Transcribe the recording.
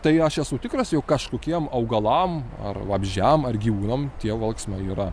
tai aš esu tikras jog kažkokiem augalams ar vabzdžiam ar gyvūnam tie valksmai yra